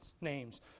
names